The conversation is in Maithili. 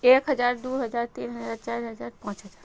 एक हजार दू हजार तीन हजार चारि हजार पाँच हजार